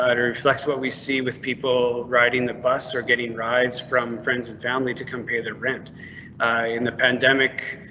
but reflects what we see with people riding the bus or getting rides from friends and family to come pay their rent in the pandemic.